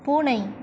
பூனை